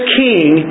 king